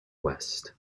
west